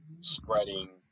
spreading